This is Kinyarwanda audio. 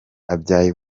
abyaye